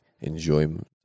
enjoyment